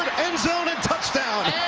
end zone and touchdown.